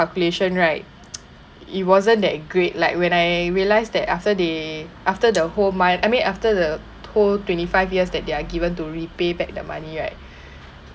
calculation right it wasn't that great like when I realise that after they after the whole month I mean after the whole twenty five years that they are given to repay back the money right